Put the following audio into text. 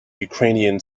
ukrainian